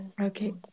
Okay